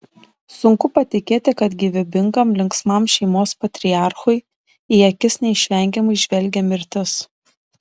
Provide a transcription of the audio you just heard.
sunku patikėti kad gyvybingam linksmam šeimos patriarchui į akis neišvengiamai žvelgia mirtis